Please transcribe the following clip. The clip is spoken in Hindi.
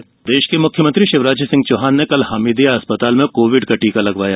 कोविड मप्र प्रदेश के मुख्यमंत्री शिवराज सिंह चौहान ने कल हमीदिया अस्पताल में कोविड का टीका लगवाया